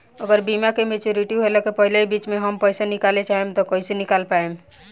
अगर बीमा के मेचूरिटि होला के पहिले ही बीच मे हम पईसा निकाले चाहेम त कइसे निकाल पायेम?